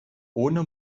ohne